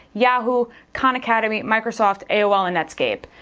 yahoo, khan academy, microsoft, aol, and netscape.